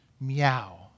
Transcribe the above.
meow